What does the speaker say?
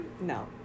No